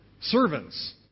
servants